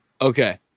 Okay